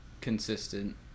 consistent